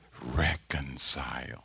Reconcile